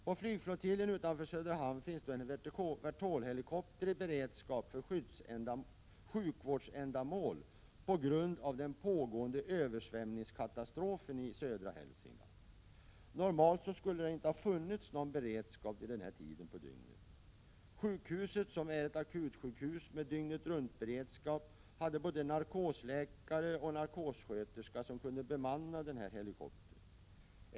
På flygflottiljen utanför Söderhamn finns en Vertol-helikopter i beredskap för sjukvårdsändamål på grund av den pågående översvämningskatastrofen i södra Hälsingland. Normalt skulle det inte ha funnits någon beredskap vid denna tid på dygnet. Sjukhuset, som är ett akutsjukhus med dygnet-runt-beredskap, hade både narkosläkare och narkossköterska som kunde bemanna helikoptern.